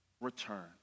Return